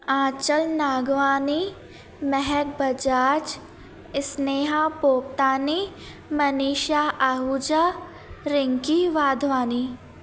Aanchal Nagwani Mehak Bajaj Sneha Poktani Manisha Ahuja Rinky Wadhwani